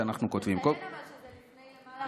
תתאר אבל שזה לפני למעלה מעשור.